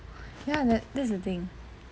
ya that that's the thing